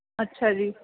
ਅੱਛਾ ਜੀ